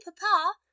Papa